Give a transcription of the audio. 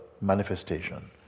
manifestation